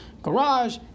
garage